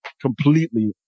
completely